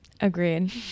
Agreed